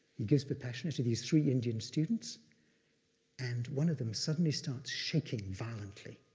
he gives vipassana to these three indian students and one of them suddenly starts shaking violently.